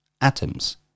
Atoms